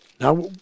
Now